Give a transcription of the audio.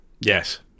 Yes